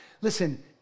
Listen